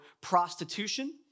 prostitution